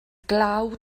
glaw